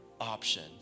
option